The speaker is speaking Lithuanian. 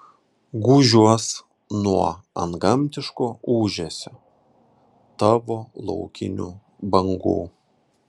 gūžiuos nuo antgamtiško ūžesio tavo laukinių bangų